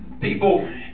People